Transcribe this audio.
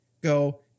go